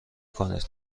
کنید